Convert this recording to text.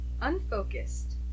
Unfocused